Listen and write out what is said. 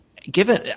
given